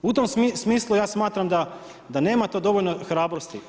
U tom smislu ja smatram da nema za to dovoljno hrabrosti.